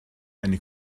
eine